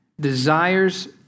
desires